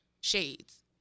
shades